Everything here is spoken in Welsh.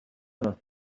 yno